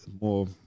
more